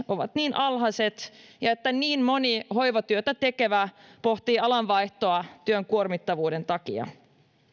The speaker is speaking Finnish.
ovat niin alhaiset ja että niin moni hoivatyötä tekevä pohtii alanvaihtoa työn kuormittavuuden takia